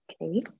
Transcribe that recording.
Okay